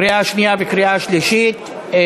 לקריאה שנייה וקריאה שלישית.